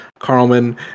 Carlman